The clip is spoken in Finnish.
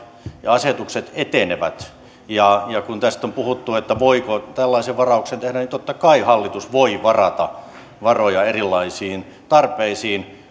ja asetukset etenevät ja kun tästä on puhuttu voiko tällaisen varauksen tehdä niin totta kai hallitus voi varata varoja erilaisiin tarpeisiin